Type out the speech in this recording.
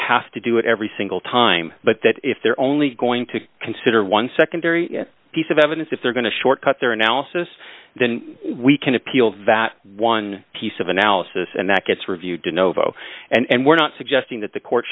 have to do it every single time but that if they're only going to consider one secondary piece of evidence if they're going to shortcut their analysis then we can appeal vat one piece of analysis and that gets reviewed to novo and we're not suggesting that the court